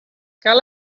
cal